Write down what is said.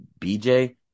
BJ